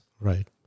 right